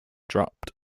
dropped